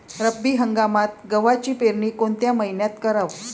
रब्बी हंगामात गव्हाची पेरनी कोनत्या मईन्यात कराव?